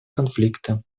конфликта